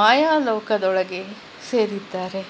ಮಾಯಾಲೋಕದೊಳಗೆ ಸೇರಿದ್ದಾರೆ